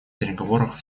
переговорах